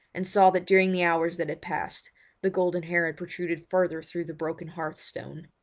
and saw that during the hours that had passed the golden hair had protruded further through the broken hearth-stone.